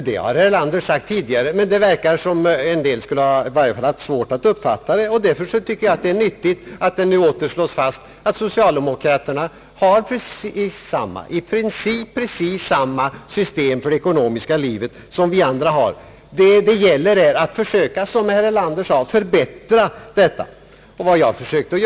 Herr Erlander har sagt samma sak tidigare, men det verkar som om en del skulle haft svårt att uppfatta det. Jag tycker därför det är nyttigt att det slås fast att socialdemokraterna har i princip samma system för det ekonomiska livet som vi andra. Det gäller här, som herr Erlander sade, att förbättra detta system.